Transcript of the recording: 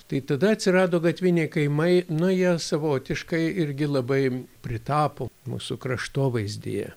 tai tada atsirado gatviniai kaimai nu jie savotiškai irgi labai pritapo mūsų kraštovaizdyje